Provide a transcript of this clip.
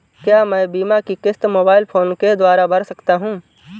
क्या मैं बीमा की किश्त मोबाइल फोन के द्वारा भर सकता हूं?